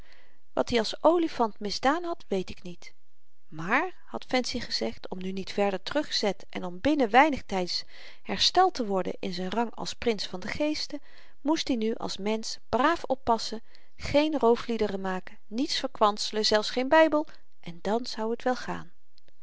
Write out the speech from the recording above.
wat i als olifant misdaan had weet ik niet maar had fancy gezegd om nu niet verder teruggezet en om binnen weinig tyds hersteld te worden in z'n rang als prins van den geeste moest i nu als mensch braaf oppassen geen roofliederen maken niets verkwanselen zelfs geen bybel en dan zou t wel gaan